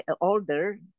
older